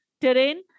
terrain